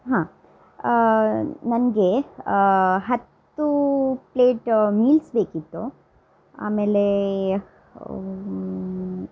ಹಾಂ ನನಗೆ ಹತ್ತು ಪ್ಲೇಟ ಮೀಲ್ಸ್ ಬೇಕಿತ್ತು ಆಮೇಲೆ